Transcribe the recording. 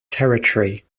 territory